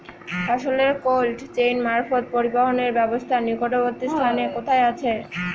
ফসলের cold chain মারফত পরিবহনের ব্যাবস্থা নিকটবর্তী স্থানে কোথায় আছে?